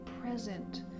present